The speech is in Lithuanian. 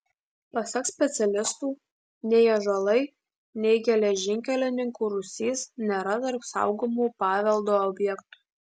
pasak specialistų nei ąžuolai nei geležinkelininkų rūsys nėra tarp saugomų paveldo objektų